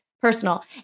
personal